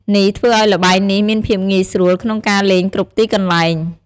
នេះធ្វើឱ្យល្បែងនេះមានភាពងាយស្រួលក្នុងការលេងគ្រប់ទីកន្លែង។